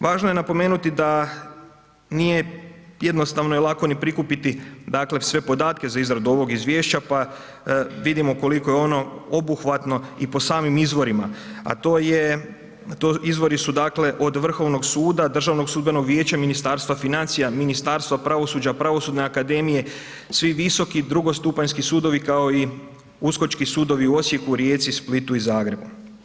Važno je napomenuti da nije jednostavno i lako ni prikupiti dakle sve podatke za izradu ovog izvješća pa vidimo koliko je ono obuhvatno i po samim izvorima a to je, izvori su dakle od Vrhovnog suda, državnog sudbenog vijeća, Ministarstva financija, Ministarstva pravosuđa, pravosudne akademije, svi visoki drugostupanjski sudovi kao i uskočki sudovi u Osijeku, Rijeci, Splitu i Zagrebu.